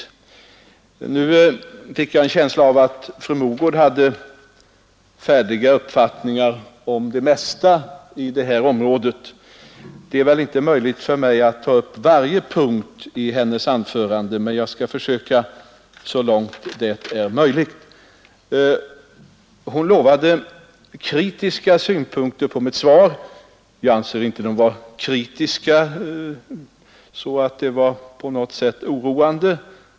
Men jag fick en känsla av att fru Mogård hade färdiga uppfattningar om det mesta i dessa frågor, och det är inte möjligt för mig att ta upp alla punkter i hennes anförande. Jag skall emellertid göra det så långt det är möjligt. Fru Mogård lovade att anlägga kritiska synpunkter på mitt svar, men jag tyckte inte att de var så kritiska att det var oroande.